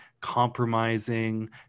compromising